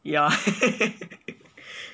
ya